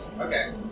Okay